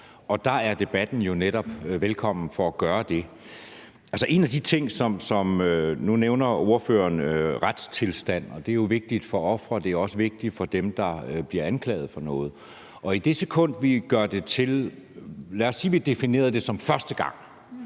Der er debatten jo netop velkommen for at gøre det. Nu nævner ordføreren retstilstanden, og det er jo vigtigt for ofre, og det er også vigtigt for dem, der bliver anklaget for noget. Lad os sige, at vi definerede det som første gang.